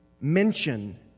mention